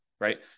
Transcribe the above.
Right